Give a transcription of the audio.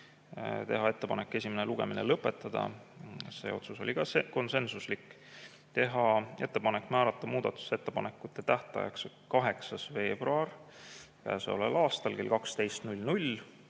teha ettepanek esimene lugemine lõpetada (see otsus oli ka konsensuslik), teha ettepanek määrata muudatusettepanekute tähtajaks 8. veebruar käesoleval aastal kell 12